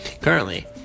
currently